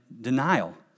denial